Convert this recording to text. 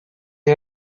you